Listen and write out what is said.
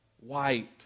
white